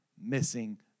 missing